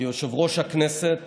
כיושב-ראש הכנסת